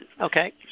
Okay